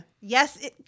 Yes